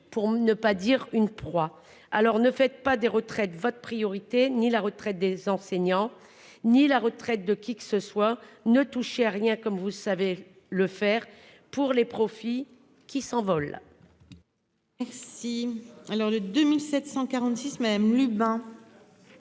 pour ne pas dire une proie. Alors ne faites pas des retraites votre priorité ni la retraite des enseignants ni la retraite de qui que ce soit ne touchez à rien comme vous savez le faire pour les profits qui s'envole. Merci alors de 2746 même Lubin.